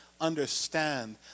understand